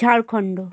Jharkhand